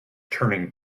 turning